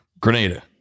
Grenada